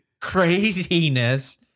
craziness